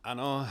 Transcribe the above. Ano.